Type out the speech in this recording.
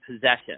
possession